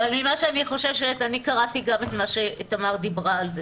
אני קראתי את הדברים שתמר דיברה עליהם,